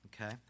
okay